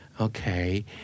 Okay